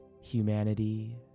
humanity